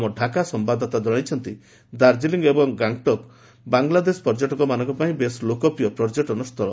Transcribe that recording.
ଆମ ଢ଼ାକା ସମ୍ଭାଦଦାତା ଜଣାଇଛନ୍ତି ଦାର୍ଜିଲିଂ ଏବଂ ଗାଙ୍ଗ୍ଟକ୍ ବଂଲାଦେଶ ପର୍ଯ୍ୟଟକମାନଙ୍କ ପାଇଁ ବେଶ୍ ଲୋକପ୍ରିୟ ପର୍ଯ୍ୟଟନସ୍ଥଳ